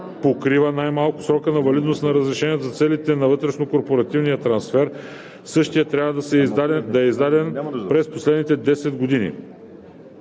покрива най-малко срока на валидност на разрешението за целите на вътрешнокорпоративния трансфер; същият трябва да е издаден през последните 10 години;